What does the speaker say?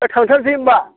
ओइ थांथारसै होमबा